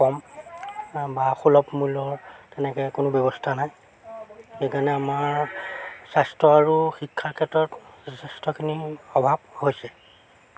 কম বা সুলভ মূল্যৰ তেনেকৈ কোনো ব্যৱস্থা নাই সেইকাৰণে আমাৰ স্বাস্থ্য আৰু শিক্ষাৰ ক্ষেত্ৰত যথেষ্টখিনি অভাৱ হৈছে